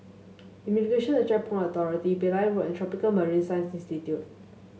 Immigration and Checkpoint Authority Pillai Road and Tropical Marine Science Institute